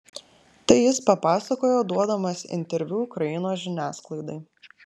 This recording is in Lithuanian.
tai jis papasakojo duodamas interviu ukrainos žiniasklaidai